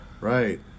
Right